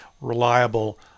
reliable